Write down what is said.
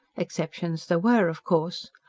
exceptions there were, of course.